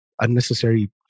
unnecessary